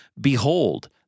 Behold